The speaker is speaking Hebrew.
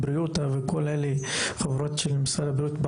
"בריאותה" וכל אלה חברות שעובדות מחוץ למשרד הבריאות.